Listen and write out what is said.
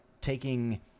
taking